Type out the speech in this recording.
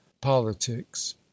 politics